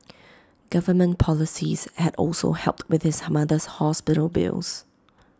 government policies had also helped with his mother's hospital bills